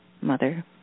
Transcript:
Mother